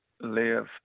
live